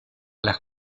las